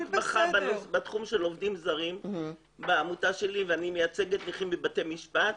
בעמותה שלי מתמחה בתחום של עובדים זרים ואני מייצגת נכים בבתי משפט